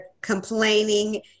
complaining